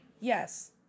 Yes